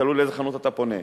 תלוי לאיזו חנות אתה פונה.